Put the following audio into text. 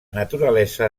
naturalesa